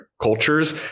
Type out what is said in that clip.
cultures